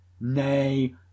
Nay